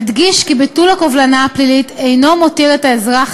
אדגיש כי ביטול הקובלנה הפלילית אינו מותיר את האזרח